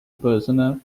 personal